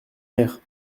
mère